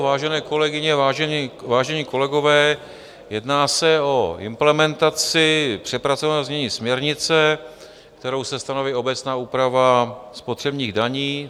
Vážené kolegyně, vážení kolegové, jedná se o implementaci přepracovaného znění směrnice, kterou se stanoví obecná úprava spotřebních daní.